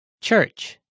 Church